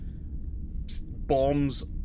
bombs